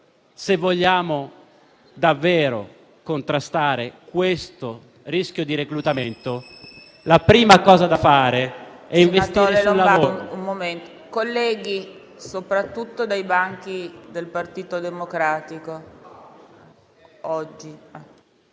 se vogliamo davvero contrastare questo rischio di reclutamento, la prima cosa da fare è investire sul lavoro.